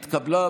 נתקבל.